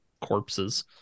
corpses